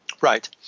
right